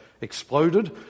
exploded